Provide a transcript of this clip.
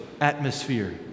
atmosphere